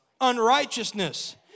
unrighteousness